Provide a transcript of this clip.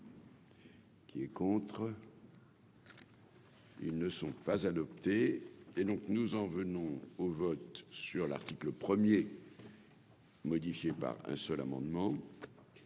Qui est contre. Ils ne sont pas adoptés et donc nous en venons au vote sur l'article 1er. Modifié par un seul amendement